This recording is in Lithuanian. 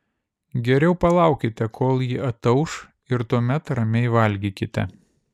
geriau palaukite kol ji atauš ir tuomet ramiai valgykite